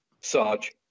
sarge